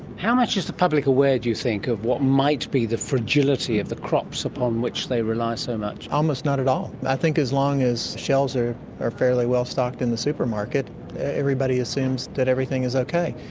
how much is the public aware, do you think, of what might be the fragility of the crops upon which they rely so much? almost not at all. i think as long as shelves are are fairly well stocked in the supermarket everybody assumes that everything is okay.